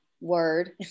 word